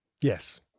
Yes